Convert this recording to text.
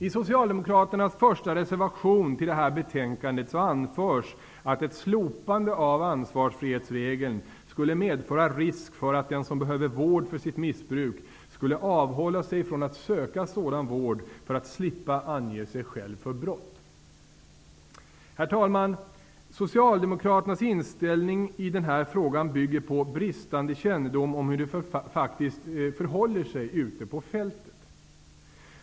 I Socialdemokraternas första reservation till det här betänkandet anförs att ett slopande av ansvarsfrihetsregeln skulle medföra risk för att den som behöver vård för sitt missbruk avhåller sig från att söka sådan vård för att slippa ange sig själv för brott. Herr talman! Socialdemokraternas inställning i den här frågan bygger på bristande kännedom om hur det faktiskt förhåller sig ute på fältet.